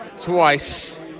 twice